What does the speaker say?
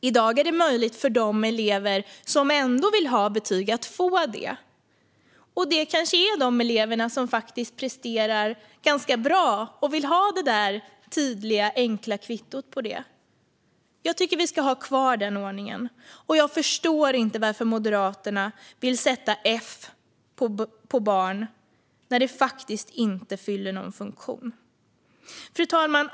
I dag är det möjligt för de elever som ändå vill ha betyg att få det. Det kanske är de elever som presterar ganska bra och vill ha det tydliga, enkla kvittot på det. Jag tycker att vi ska ha kvar den ordningen, och jag förstår inte varför Moderaterna vill sätta F på barn när det faktiskt inte fyller någon funktion. Fru talman!